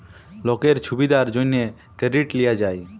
লকের ছুবিধার জ্যনহে কেরডিট লিয়া যায়